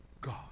God